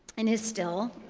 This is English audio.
and is still,